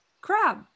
Crab